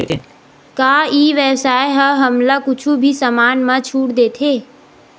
का ई व्यवसाय ह हमला कुछु भी समान मा छुट देथे?